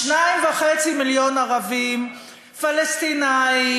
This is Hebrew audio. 2.5 מיליון ערבים פלסטינים,